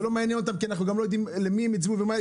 זה לא מעניין אותם כי אנחנו גם לא יודעים למי הם הצביעו ומה,